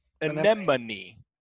Anemone